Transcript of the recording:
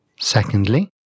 Secondly